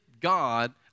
God